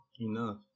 enough